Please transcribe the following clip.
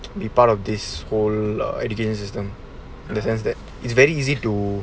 be part of this whole uh education system in a sense that it's very easy to